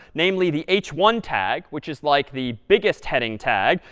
namely the h one tag, which is like the biggest heading tag.